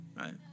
right